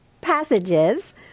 passages